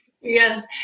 Yes